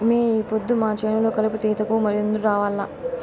మే ఈ పొద్దు మా చేను లో కలుపు తీతకు మీరందరూ రావాల్లా